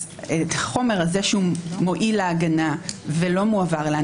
החומר הזה שמועיל להגנה ולא מועבר אליה,